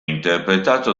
interpretato